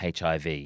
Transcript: HIV